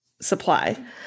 supply